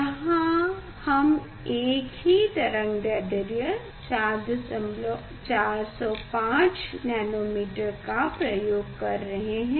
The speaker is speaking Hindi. यहाँ हम एक ही तरंगदैढ्र्य 405 nm का प्रयोग कर रहे हैं